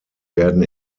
werden